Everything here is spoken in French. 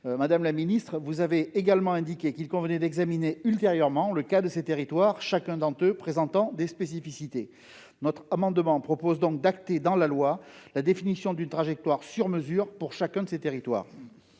madame la ministre, qu'il convenait d'examiner ultérieurement le cas de ces territoires, chacun d'entre eux présentant des spécificités. Cet amendement a par conséquent pour objet d'acter dans la loi la définition d'une trajectoire sur mesure pour chacun de ces territoires.